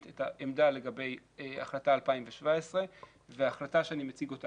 את העמדה לגבי החלטה 2017 וההחלטה שאני מציג אותה